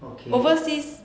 okay